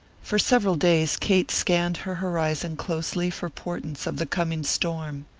for several days kate scanned her horizon closely for portents of the coming storm.